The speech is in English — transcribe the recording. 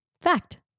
Fact